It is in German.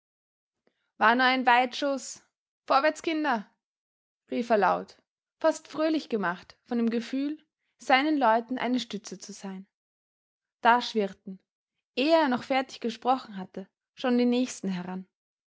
war nur ein weitschuß vorwärts kinder rief er laut fast fröhlich gemacht von dem gefühl seinen leuten eine stütze zu sein da schwirrten ehe er noch fertig gesprochen hatte schon die nächsten heran